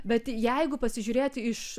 bet jeigu pasižiūrėti iš